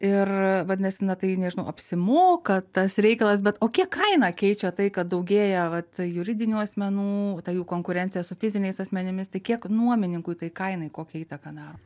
ir vadinasi na tai nežinau apsimoka tas reikalas be o kiek kaina keičia tai kad daugėja vat juridinių asmenų ta jų konkurencija su fiziniais asmenimis tai kiek nuomininkui tai kainai kokią įtaką daro